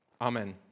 Amen